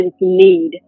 need